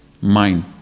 mind